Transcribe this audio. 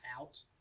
out